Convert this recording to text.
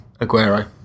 Aguero